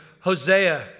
Hosea